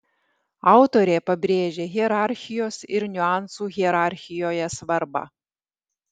autorė pabrėžia hierarchijos ir niuansų hierarchijoje svarbą